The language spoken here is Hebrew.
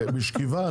בשכיבה ?